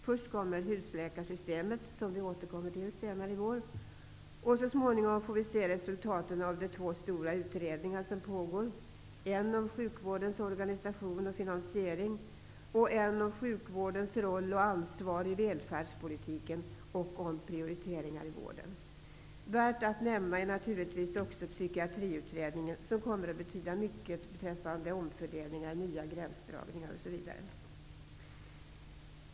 Först kommer husläkarsystemet, som vi återkommer till senare i vår, och så småningom får vi se resultaten av de två stora utredningar som pågår; en om sjukvårdens organisation och finansiering och en om sjukvårdens roll och ansvar i välfärdspolitiken och om prioriteringar i vården. Värd att nämna är naturligtvis också psykiatriutredningen, som kommer att betyda mycket beträffande omfördelningar, nya gränsdragningar osv.